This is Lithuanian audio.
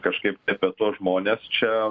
kažkaip apie tuos žmones čia